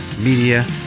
media